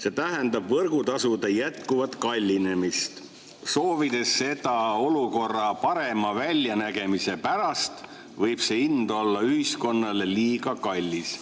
See tähendab võrgutasude jätkuvat kallinemist. Soovides seda teha olukorra parema väljanägemise pärast, võib see hind olla ühiskonnale liiga kallis.